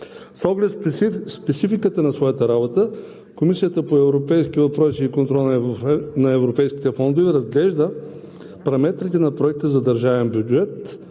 С оглед спецификата на своята работа Комисията по европейските въпроси и контрол на европейските фондове разглежда параметрите на проекта за държавен бюджет